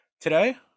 today